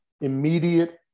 Immediate